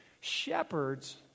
Shepherds